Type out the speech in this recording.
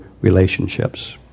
relationships